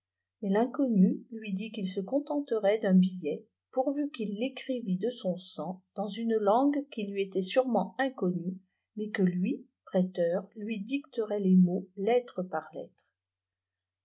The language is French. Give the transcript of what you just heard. l'inconnu lui dit qu'il se contenterait d un biu let pourvu qu'il l'écrivit dé son sang dans une langue qui lui était sûrement inconnue mais que lui prêteur lui dicterait les mots lettre par lettre